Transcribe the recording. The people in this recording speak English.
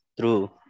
True